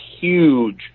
huge